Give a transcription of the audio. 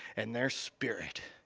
and their spirit.